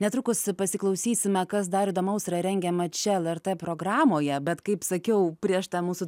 netrukus pasiklausysime kas dar įdomaus yra rengiama čia lrt programoje bet kaip sakiau prieš tą mūsų